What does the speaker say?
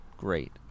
Great